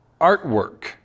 artwork